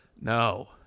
No